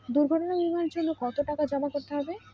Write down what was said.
দুর্ঘটনা বিমার জন্য কত টাকা জমা করতে হবে?